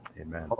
Amen